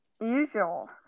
usual